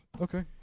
Okay